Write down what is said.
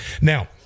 Now